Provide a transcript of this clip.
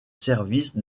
services